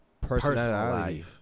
personality